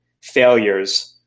failures